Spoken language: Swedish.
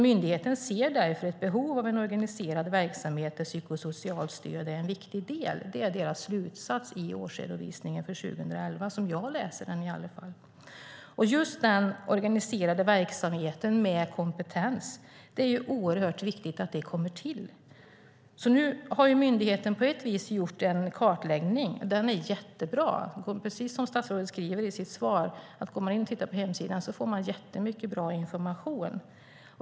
Myndigheten ser därför ett behov av en organiserad verksamhet där psykosocialt stöd är en viktig del. Det är deras slutsats i årsredovisningen för 2011, som jag läser den i alla fall. Att just en organiserad verksamhet med kompetens kommer till är oerhört viktigt. Myndigheten har på ett vis gjort en kartläggning. Den är jättebra. Precis som statsrådet skriver i sitt svar: Om man går in på hemsidan och tittar får man mycket bra information.